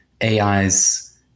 AI's